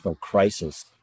crisis